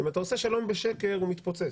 אם אתה עושה שלום בשקר, הוא מתפוצץ.